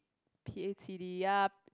P A T D ya